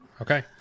Okay